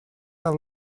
are